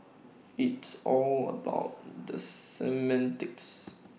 it's all about the semantics